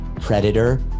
predator